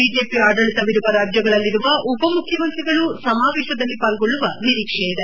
BJP ಆಡಳಿತವಿರುವ ರಾಜ್ಯಗಳಲ್ಲಿರುವ ಉಪ ಮುಖ್ಯಮಂತ್ರಿಗಳು ಸಮಾವೇಶದಲ್ಲಿ ಪಾಲ್ಗೊಳ್ಳುವ ನಿರೀಕ್ಷೆ ಇದೆ